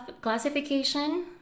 classification